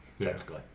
technically